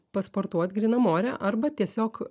pasportuot grynam ore arba tiesiog